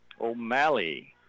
O'Malley